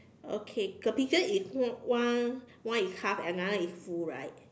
okay the peaches is one one is half another is full right